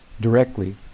directly